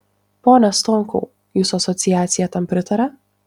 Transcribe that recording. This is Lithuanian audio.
pone stonkau jūsų asociacija tam pritaria